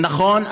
נכון,